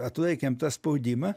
atlaikėm tą spaudimą